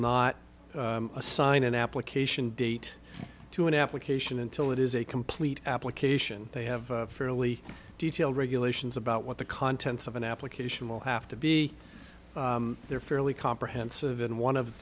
not assign an application date to an application until it is a complete application they have fairly detailed regulations about what the contents of an application will have to be they're fairly comprehensive in one of